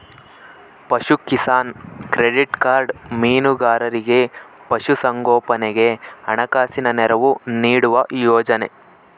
ಪಶುಕಿಸಾನ್ credit card ಮೀನುಗಾರರಿಗೆ ಪಶು ಸಂಗೋಪನೆಗೆ ಹಣಕಾಸಿನ ನೆರವು ನೀಡುವ ಯೋಜನೆ